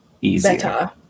easier